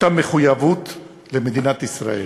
אותה מחויבות למדינת ישראל.